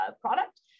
product